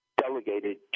delegated